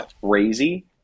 crazy